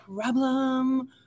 problem